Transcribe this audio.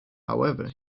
however